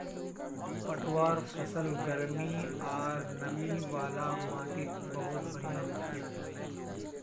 पटवार फसल गर्मी आर नमी वाला माटीत बहुत बढ़िया हछेक